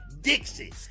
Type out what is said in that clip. Dixie